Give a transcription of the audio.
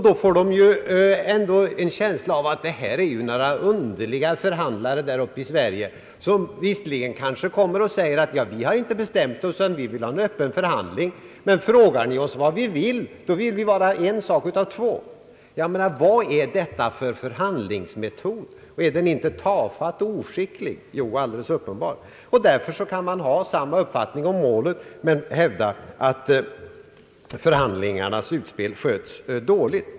Då får de en känsla av att vi är några underliga förhandlare här uppe i Sverige, som visserligen säger att vi inte har bestämt oss utan vill ha en öppen förhandling, men som på en förfrågan om vad vi vill svarar att vi vill bara en sak utav två. Vad är detta för förhandlingsmetod? Är den inte tafatt och oskicklig? Jo, alldeles uppenbart. Därför kan man ha samma uppfattning om målet men hävda att förhandlingarnas utspel sköts dåligt.